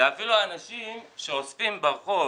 זה אפילו אנשים שאוספים ברחוב,